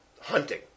hunting